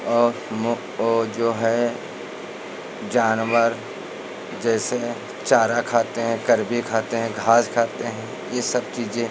और मो वह जो है जानवर जैसे चारा खाते हैं कर्वी खाते हैं घास खाते हैं यह सब चीज़ें